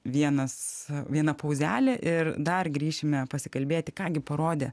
vienas viena pauzelė ir dar grįšime pasikalbėti ką gi parodė